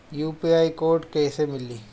UPI code कैसे मिली?